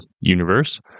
universe